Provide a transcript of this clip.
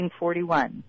1941